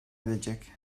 edecek